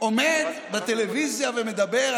הוא עומד בטלוויזיה ומדבר,